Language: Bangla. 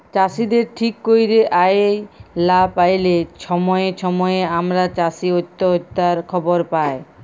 চাষীদের ঠিক ক্যইরে আয় লা প্যাইলে ছময়ে ছময়ে আমরা চাষী অত্যহত্যার খবর পায়